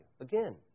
Again